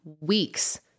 weeks